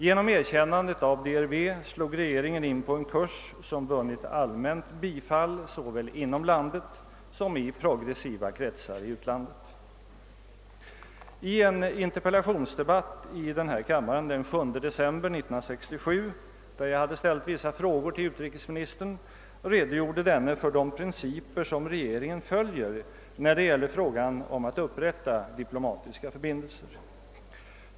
Genom erkännandet av DRV slog regeringen in på en kurs som vunnit allmänt bifall såväl inom landet som i progressiva kretsar i utlandet. I en interpellationsdebatt i denna kammare den 7 december 1967 — jag hade ställt vissa frågor till utrikesministern — redogjorde utrikesministern för de principer som regeringen följer när det gäller frågan om att upprätta diplomatiska förbindelser.